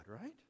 right